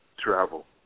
Travel